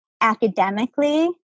academically